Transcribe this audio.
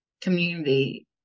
community